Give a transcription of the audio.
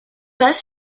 pas